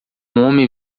homem